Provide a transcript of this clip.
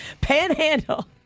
panhandle